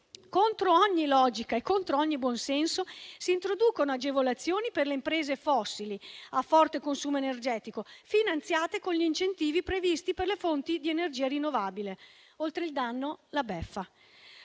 Contro ogni logica e contro ogni buon senso si introducono agevolazioni per le imprese fossili a forte consumo energetico, finanziate con gli incentivi previsti per le fonti di energia rinnovabile: oltre al danno, la beffa.